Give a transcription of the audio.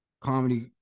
comedy